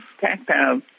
tactile